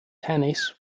tanis